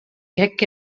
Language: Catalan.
crec